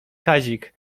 kazik